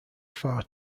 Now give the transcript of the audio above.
far